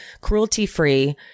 cruelty-free